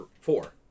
four